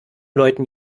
leuten